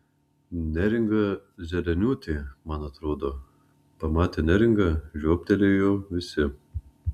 neringa zeleniūtė man atrodo pamatę neringą žiobtelėjo visi